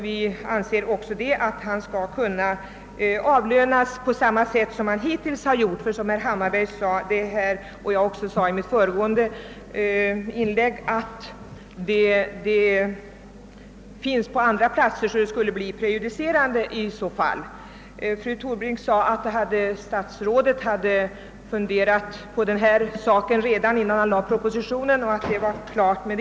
Vi anser att han skall kunna avlönas på samma sätt som hittills, ty som herr Hammarberg sade och som jag även framhöll i mitt tidigare inlägg finns det svenskar bosatta även på andra platser, varför ett sådant här beslut skulle kunna bli prejudicerande. Fru Torbrink sade att statsrådet hade funderat på den här saken redan innan han lade fram proposition.